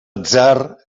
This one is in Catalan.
atzar